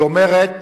היא אומרת: